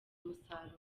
umusaruro